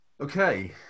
Okay